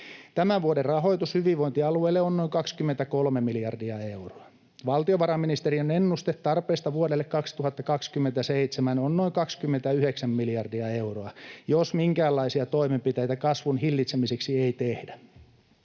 Tämän vuoden rahoitus hyvinvointialueille on noin 23 miljardia euroa. Valtiovarainministeriön ennuste tarpeesta vuodelle 2027 on noin 29 miljardia euroa, jos minkäänlaisia toimenpiteitä kasvun hillitsemiseksi ei tehdä